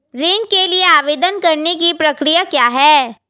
ऋण के लिए आवेदन करने की प्रक्रिया क्या है?